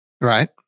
Right